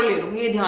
it will